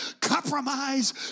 compromise